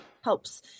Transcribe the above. helps